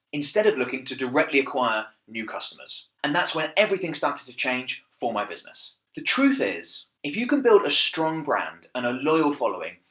instead of looking to directly acquire new customers. and that's when everything started to change for my business. the truth is, if you can build a strong brand and a loyal following,